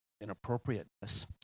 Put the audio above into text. inappropriateness